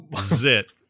zit